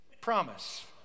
promise